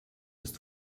ist